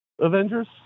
Avengers